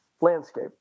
landscape